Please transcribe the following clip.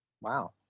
Wow